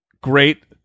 great